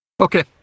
Okay